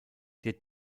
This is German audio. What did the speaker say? der